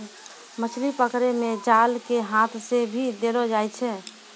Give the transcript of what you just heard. मछली पकड़ै मे जाल के हाथ से भी देलो जाय छै